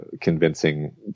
convincing